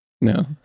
No